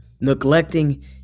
neglecting